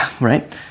Right